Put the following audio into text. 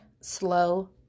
slow